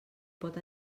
pot